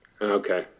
Okay